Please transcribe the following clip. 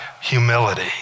humility